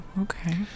okay